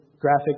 graphic